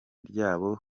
ryabyo